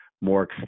more